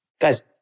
Guys